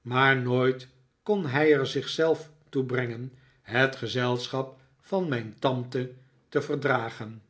maar nooit kon hij er zich zelf toe brengen bet gezelschap van mijn tante te verdragen